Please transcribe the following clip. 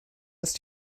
ist